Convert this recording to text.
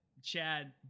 Chad